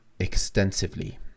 extensively